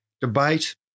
debate